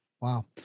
Wow